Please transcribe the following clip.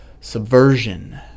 subversion